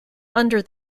under